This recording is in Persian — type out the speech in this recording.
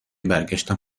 برگشتم